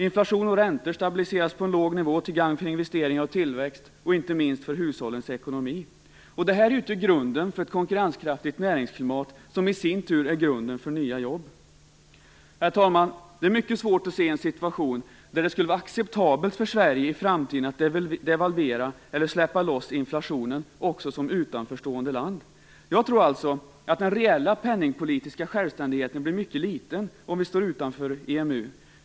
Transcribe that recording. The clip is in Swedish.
Inflation och räntor stabiliseras på en låg nivå, till gagn för investeringar och tillväxt och inte minst för hushållens ekonomi. Det här utgör grunden för ett konkurrenskraftigt näringsklimat, som i sin tur är grunden för nya jobb. Herr talman! Det är mycket svårt att se en situation där det skulle vara acceptabelt för Sverige att i framtiden devalvera eller släppa loss inflationen, också som utomstående land. Jag tror alltså att den reella penningpolitiska självständigheten blir mycket liten, om vi står utanför EMU.